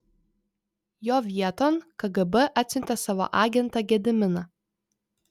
jo vieton kgb atsiuntė savo agentą gediminą